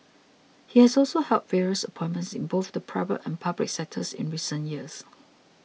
he has also held various appointments in both the private and public sectors in recent years